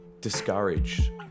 discouraged